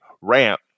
ramp